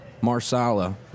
Marsala